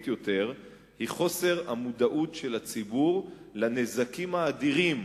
יותר היא חוסר המודעות של הציבור לנזקים האדירים,